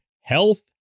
Health